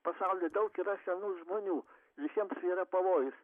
pasauly daug yra senų žmonių visiem yra pavojus